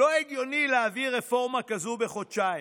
לא הגיוני להעביר רפורמה כזאת בחודשיים.